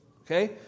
okay